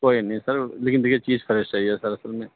کوئی نہیں سر لیکن یہ چیز فریش چاہیے سر اصل میں